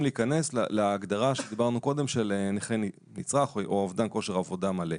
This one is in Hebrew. להיכנס להגדרה שדיברנו עליה של נכה נצרך או אובדן כושר עבודה מלא.